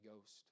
Ghost